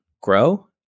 grow